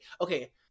okay